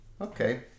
Okay